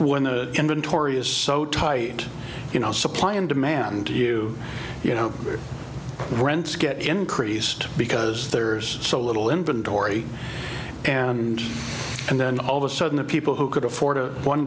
when the inventory is so tight you know supply and demand to you you know rents get increased because there's so little inventory and and then all of a sudden the people who could afford a one